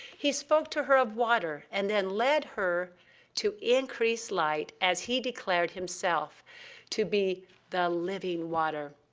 he spoke to her of water and then led her to increased light as he declared himself to be the living water.